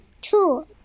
two